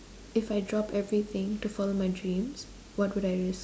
if I drop everything to follow my dreams what could I risk